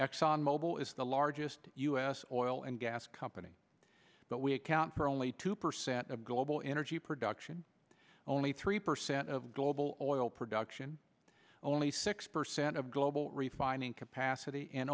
exxon mobil is the largest u s oil and gas company but we account for only two percent of global energy production only three percent of global oil production only six percent of global refining capacity and